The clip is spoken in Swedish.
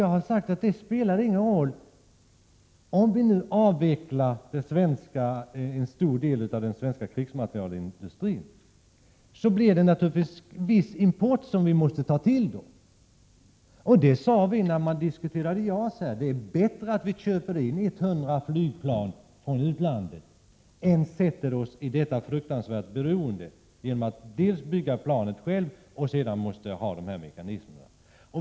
Jag har sagt att det inte spelar någon roll om vi nu avvecklar en stor del av den svenska krigsmaterielindustrin, även om vi naturligtvis måste ta till en viss import. När man diskuterade JAS sade vi att det är bättre att köpa in 100 flygplan från utlandet än att försätta sig i en fruktansvärd beroendeställning genom att först bygga planen och sedan behöva ha dessa mekanismer.